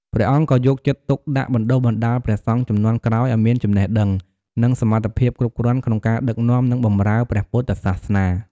ព្រះអង្គក៏យកចិត្តទុកដាក់បណ្ដុះបណ្ដាលព្រះសង្ឃជំនាន់ក្រោយឱ្យមានចំណេះដឹង និងសមត្ថភាពគ្រប់គ្រាន់ក្នុងការដឹកនាំ និងបម្រើព្រះពុទ្ធសាសនា។